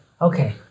Okay